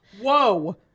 Whoa